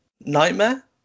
Nightmare